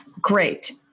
great